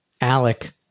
ALEC